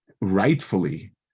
rightfully